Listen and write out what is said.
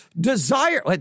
desire